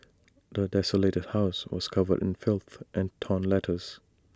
the desolated house was covered in filth and torn letters